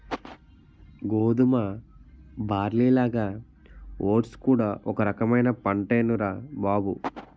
గోధుమ, బార్లీలాగా ఓట్స్ కూడా ఒక రకమైన పంటేనురా బాబూ